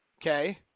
okay